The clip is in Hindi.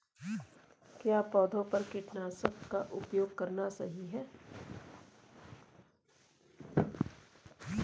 क्या पौधों पर कीटनाशक का उपयोग करना सही है?